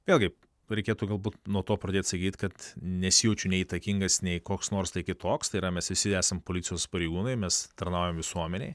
vėlgi reikėtų galbūt nuo to pradėt sakyt kad nesijaučiu nei įtakingas nei koks nors kitoks tai yra mes visi esam policijos pareigūnai mes tarnaujam visuomenei